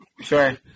sure